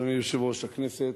אדוני יושב-ראש הכנסת,